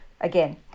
again